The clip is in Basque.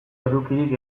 edukirik